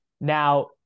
now